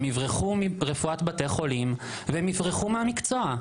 הם יברחו מרפואת בתי החולים והם יברחו מהמקצוע.